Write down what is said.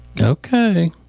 Okay